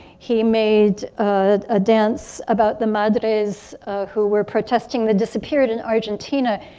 he made a dance about the madres who were protesting the disappeared in argentina.